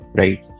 right